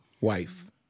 Wife